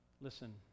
Listen